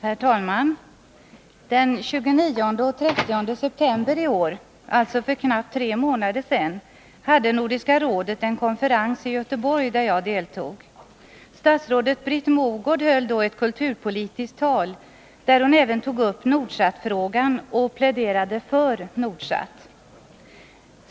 Herr talman! Den 29 och 30 september i år, alltså för knappt tre månader sedan, hade Nordiska rådet en konferens i Göteborg, där jag deltog. Statsrådet Britt Mogård höll då ett kulturpolitiskt tal, där hon även tog upp Nordsatfrågan och pläderade för Nordsat.